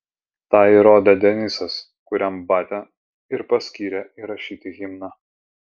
tą įrodė denisas kuriam batia ir paskyrė įrašyti himną